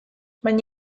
baina